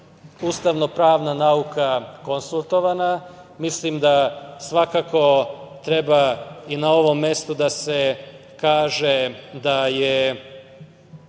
ustavno-pravna nauka konsultovana. Mislim da svakako treba i na ovom mestu da se kaže da je